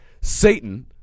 Satan